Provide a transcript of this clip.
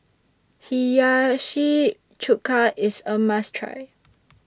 Hiyashi Chuka IS A must Try